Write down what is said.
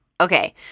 Okay